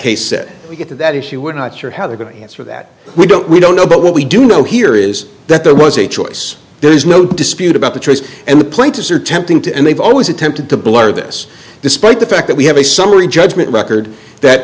case said we get to that issue we're not sure how they're going to answer that we don't we don't know but what we do know here is that there was a choice there's no dispute about the trees and the plaintiffs are tempting to and they've always attempted to blur this despite the fact that we have a summary judgment record that